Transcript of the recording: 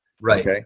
Right